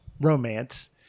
romance